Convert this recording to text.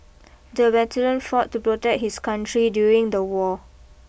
the veteran fought to protect his country during the war